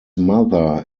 mother